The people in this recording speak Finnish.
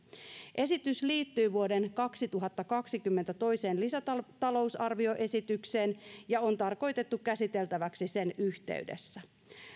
esitys liittyy vuoden kaksituhattakaksikymmentä toiseen lisätalousarvioesitykseen ja on tarkoitettu käsiteltäväksi sen yhteydessä